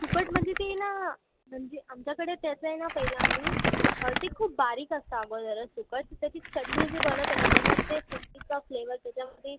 सुकट म्हणजे ती ना म्हणजे आमच्याकडे त्याचं आहे ना पहिलं आम्ही ते खूप बारीक असतं अगोदरच सुकट तर त्याची चटणी जी बनवतो ना त्याच्यात ते सुकटीचा फ्लेवर त्याच्यामध्ये